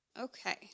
Okay